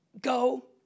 Go